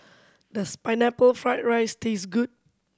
does Pineapple Fried rice taste good